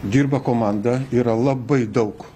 dirba komanda yra labai daug